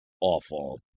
awful